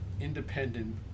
independent